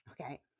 okay